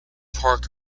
park